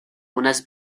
unas